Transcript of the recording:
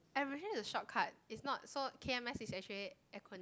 averaging the shortcut is not so K_M_S is actually acronym